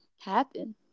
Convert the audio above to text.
happen